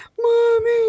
mommy